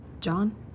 John